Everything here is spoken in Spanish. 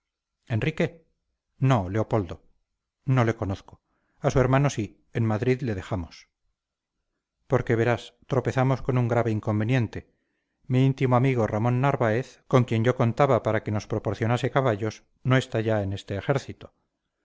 enrique no leopoldo no le conozco a su hermano sí en madrid le dejamos porque verás tropezamos con un grave inconveniente mi íntimo amigo ramón narváez con quien yo contaba para que nos proporcionase caballos no está ya en este ejército